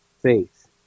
Faith